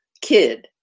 kid